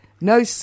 No